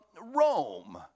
Rome